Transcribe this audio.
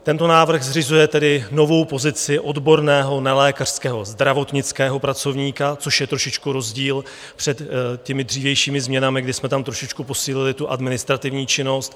Tento návrh zřizuje tedy novou pozici odborného nelékařského zdravotnického pracovníka, což je trošičku rozdíl před těmi dřívějšími změnami, kdy jsme tam trošičku posílili tu administrativní činnost.